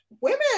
women